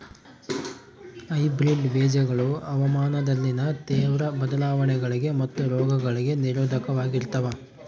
hybrid ಬೇಜಗಳು ಹವಾಮಾನದಲ್ಲಿನ ತೇವ್ರ ಬದಲಾವಣೆಗಳಿಗೆ ಮತ್ತು ರೋಗಗಳಿಗೆ ನಿರೋಧಕವಾಗಿರ್ತವ